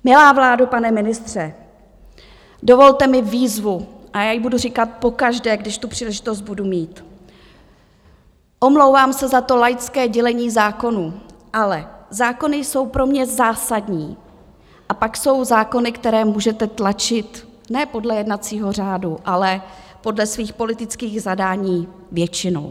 Milá vládo, pane ministře, dovolte mi výzvu, a já ji budu říkat pokaždé, když tu příležitost budu mít, omlouvám se za to laické dělení zákonů, ale zákony jsou pro mě zásadní a pak jsou zákony, které můžete tlačit ne podle jednacího řádu, ale podle svých politických zadání většinou.